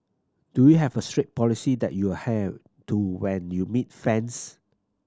do you have a strict policy that you adhere to when you meet fans